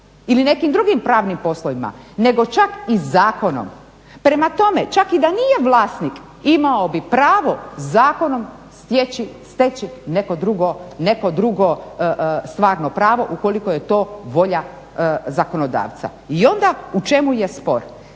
ili nekim drugim pravnim poslovima nego čak i zakonom. Prema tome, čak i da nije vlasnik imao bi pravo zakonom steći neko drugo stvarno pravo ukoliko je to volja zakonodavca. I onda u čemu je spor?